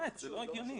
זה לא הגיוני.